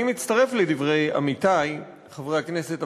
אני מצטרף לדברי עמיתי חברי הכנסת,